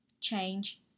change